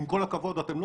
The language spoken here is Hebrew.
עם כל הכבוד, אתם לא